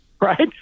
right